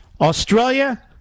Australia